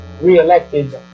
re-elected